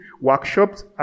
workshops